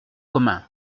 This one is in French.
commun